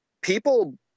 people